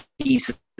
pieces